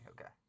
okay